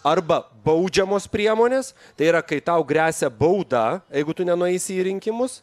arba baudžiamos priemonės tai yra kai tau gresia bauda jeigu tu nenueisi į rinkimus